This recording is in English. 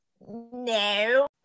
no